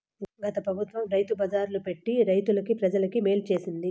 గత పెబుత్వం రైతు బజార్లు పెట్టి రైతులకి, ప్రజలకి మేలు చేసింది